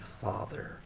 Father